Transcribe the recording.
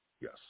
Yes